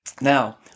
Now